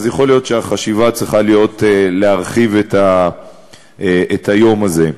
אז יכול להיות שהחשיבה צריכה להיות להרחיב את היום הזה.